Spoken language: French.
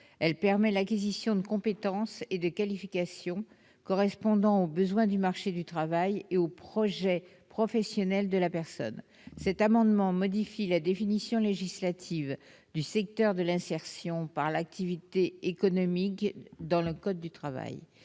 Elle permet l'acquisition de compétences et de qualifications correspondant aux besoins du marché du travail et au projet professionnel de la personne. Cet amendement tend à modifier la définition législative du secteur de l'insertion par l'activité économique dans le code du travail.